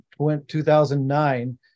2009